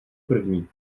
první